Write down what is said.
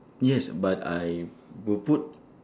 yes but I will put